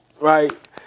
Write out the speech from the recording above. Right